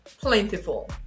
plentiful